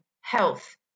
health